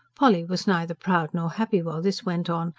polly was neither proud nor happy while this went on,